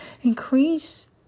Increase